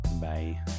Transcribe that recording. Bye